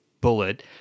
bullet